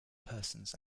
persons